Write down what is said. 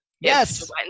yes